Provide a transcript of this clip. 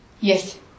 Yes